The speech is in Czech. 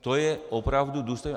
To je opravdu důstojné.